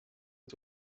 its